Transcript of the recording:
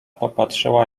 popatrzyła